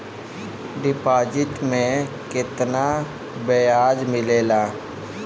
Deposit मे केतना बयाज मिलेला?